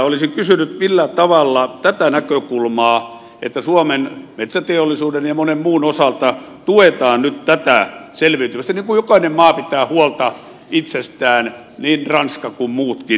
olisin kysynyt millä tavalla tätä selviytymistä suomen metsäteollisuuden ja monen muun osalta nyt tuetaan niin kuin jokainen maa pitää huolta itsestään niin ranska kuin muutkin